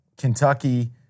Kentucky